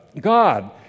God